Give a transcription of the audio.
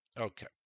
Okay